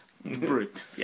Brute